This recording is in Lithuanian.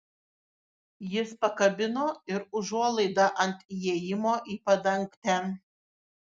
jis pakabino ir užuolaidą ant įėjimo į padangtę